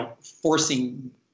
forcing